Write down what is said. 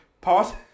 Pod